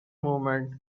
moment